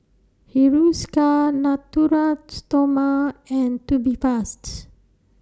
Hiruscar Natura Stoma and Tubifast